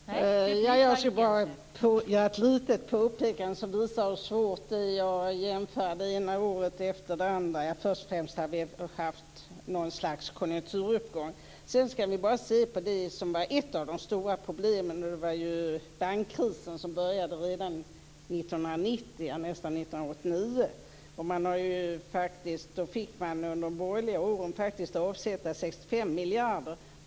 Fru talman! Jag vill göra ett litet påpekande som visar hur svårt det är att jämföra det ena året med det andra. Först och främst har vi haft något slags konjunkturuppgång. Sedan skall vi titta närmare på det som var ett av de stora problemen. Det var bankkrisen, som började redan 1990, nästan 1989. Under de borgerliga åren fick man faktiskt avsätta 65 miljarder.